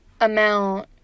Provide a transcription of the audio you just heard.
amount